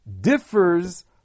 differs